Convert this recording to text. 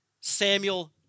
Samuel